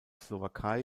slowakei